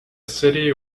city